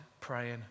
praying